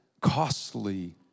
costly